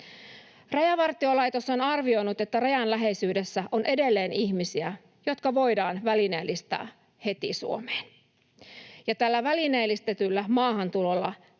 Rajavartiolaitos on arvioinut, että rajan läheisyydessä on edelleen ihmisiä, jotka voidaan välineellistää heti Suomeen. ”Tällä välineellistetyllä maahantulolla